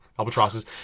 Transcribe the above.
Albatrosses